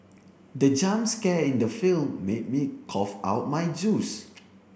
the jump scare in the film made me cough out my juice